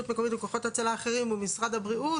מקומית ובכוחות הצלה אחרים ומשרד הבריאות,